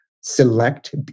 select